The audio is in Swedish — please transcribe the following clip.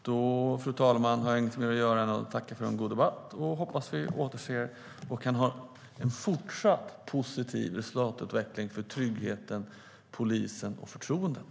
Fru talman! Då har jag inte mer att säga än att tacka för en god debatt. Jag hoppas att vi återses och kan ha en fortsatt positiv resultatutveckling för tryggheten, polisen och förtroendet.